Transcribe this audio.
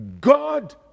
God